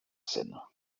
scène